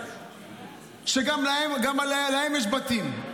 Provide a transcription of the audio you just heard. וגם להם יש בתים,